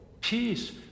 peace